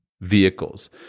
vehicles